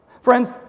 Friends